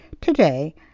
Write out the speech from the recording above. Today